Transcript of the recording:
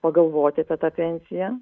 pagalvoti apie tą pensiją